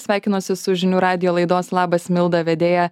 sveikinuosi su žinių radijo laidos labas milda vedėja